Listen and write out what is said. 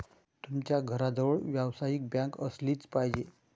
तुमच्या घराजवळ व्यावसायिक बँक असलीच पाहिजे